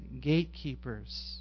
gatekeepers